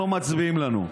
לא מצביעים לנו.